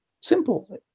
Simple